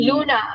Luna